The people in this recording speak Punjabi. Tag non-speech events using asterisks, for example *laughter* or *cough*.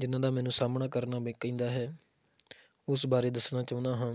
ਜਿਨ੍ਹਾਂ ਦਾ ਮੈਨੂੰ ਸਾਹਮਣਾ ਕਰਨਾ *unintelligible* ਕਹਿੰਦਾ ਹੈ ਉਸ ਬਾਰੇ ਦੱਸਣਾ ਚਾਹੁੰਦਾ ਹਾਂ